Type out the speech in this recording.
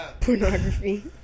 Pornography